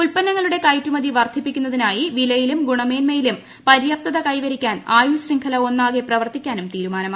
ഉത്പന്നങ്ങളുടെ കയറ്റുമതി വർധിപ്പിക്കുന്നതിനാ്യി വിലയിലും ഗുണമേന്മയിലും പര്യാപ്തത കൈവരിക്കാൻ ആയുഷ് ശൃംഖല ഒന്നാകെ പ്രവർത്തിക്കാനും തീരുമുനമായി